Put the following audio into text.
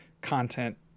content